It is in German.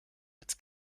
als